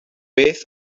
beth